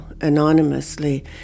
anonymously